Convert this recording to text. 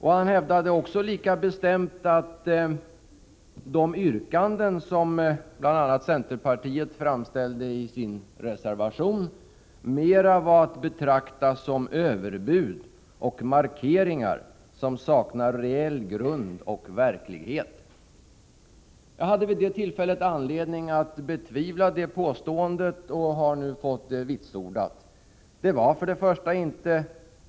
Han hävdade också lika bestämt att de yrkanden som bl.a. centerpartiet framställde i sin reservation mera var att betrakta som överbud och markeringar, utan reell grund och verklighetsanknytning. Vid det tillfället hade jag anledning att betvivla påståendet, och jag har nu fått belägg för denna min uppfattning.